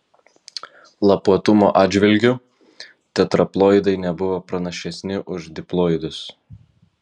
lapuotumo atžvilgiu tetraploidai nebuvo pranašesni už diploidus